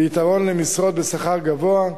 ביתרון למשרות בשכר גבוה,